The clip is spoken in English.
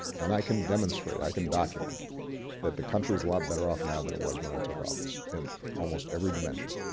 and i can demonstrate, i can document that the country is a lot better off now than it was when i took office in almost every dimension.